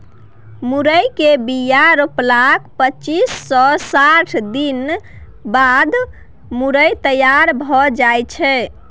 मुरय केर बीया रोपलाक पच्चीस सँ साठि दिनक बाद मुरय तैयार भए जाइ छै